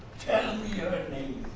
tell me